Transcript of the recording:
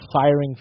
firing